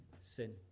Sin